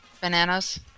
Bananas